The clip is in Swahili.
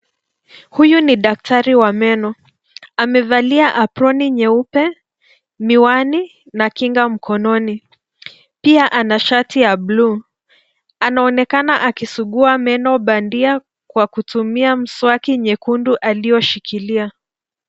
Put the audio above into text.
Huyu ni daktari wa meno amevalia aproni nyeupe miwani na kinga mkononi, pia ana shati ya bluu. Anaonekana akisugua meno bandia kwa kutumia mswaki nyekundu aliyoshikilia.